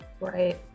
right